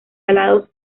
alados